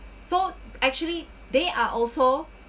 so actually they are also